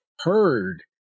heard